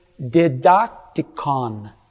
didacticon